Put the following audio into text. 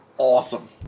awesome